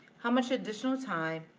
how much additional time,